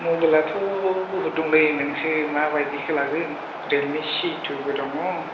मबाइलाथ' बहुथ दंलै नोंसो मा बायदिखौ लागोन रियेलमि सि टु बो दङ